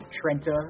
Trenta